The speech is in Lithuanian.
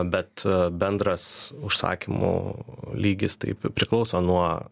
bet bendras užsakymų lygis tai priklauso nuo